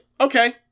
Okay